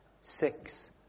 six